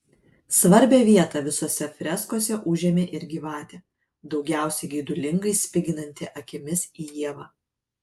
svarbią vietą visose freskose užėmė ir gyvatė daugiausiai geidulingai spiginanti akimis į ievą